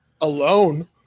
alone